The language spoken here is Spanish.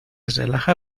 relaja